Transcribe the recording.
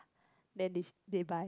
then this they buy